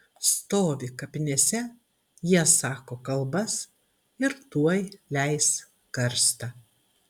stovi kapinėse jie sako kalbas ir tuoj leis karstą